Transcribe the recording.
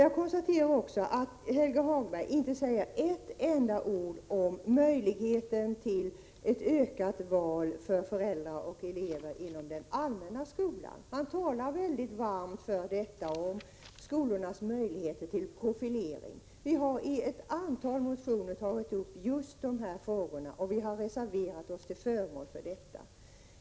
Vidare konstaterar jag att Helge Hagberg inte säger ett enda ord om utökade möjligheter för föräldrar och elever till val inom den allmänna skolan. Han talar sig verkligen varm för detta och för skolornas möjligheter till profilering. Vi har i ett antal motioner tagit upp just dessa frågor och har även reserverat oss till förmån för detta.